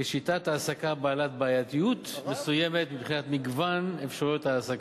כשיטת העסקה בעלת בעייתיות מסוימת מבחינת מגוון אפשרויות ההעסקה.